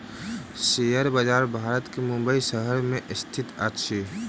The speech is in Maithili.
शेयर बजार भारत के मुंबई शहर में स्थित अछि